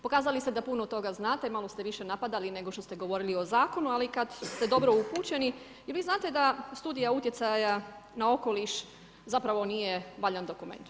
Pokazali ste da puno toga znate, malo ste više napadali, nego što ste govorili o zakonu, ali, kada ste dobro upućeni, i vi znate da studija utjecaja na okoliš, zapravo nije valjan dokument.